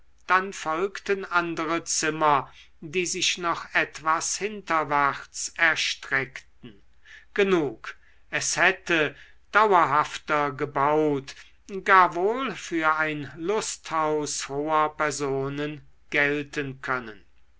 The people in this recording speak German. dann folgten andere zimmer die sich noch etwas hinterwärts erstreckten genug es hätte dauerhafter gebaut gar wohl für ein lusthaus hoher personen gelten können